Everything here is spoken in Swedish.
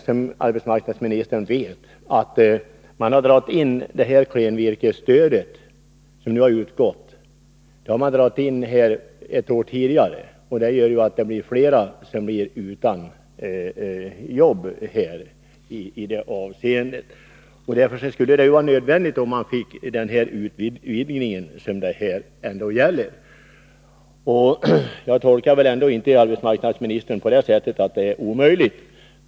Som arbetsmarknadsministern vet har man dragit in klenvirkesstödet ett år tidigare. Det gör att det blir fler som blir utan jobb. Därför skulle det vara Önskvärt att man fick denna utvidgning. Jag tolkar inte arbetsmarknadsministern på det sättet att det är omöjligt.